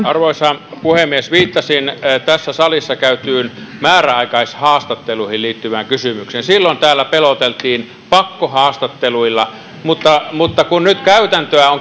arvoisa puhemies viittasin tässä salissa käytyyn määräaikaishaastatteluihin liittyvään kysymykseen silloin täällä peloteltiin pakkohaastatteluilla mutta mutta kun nyt käytäntöä on